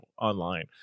online